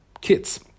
kids